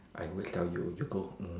I always tell you you go err